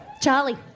Charlie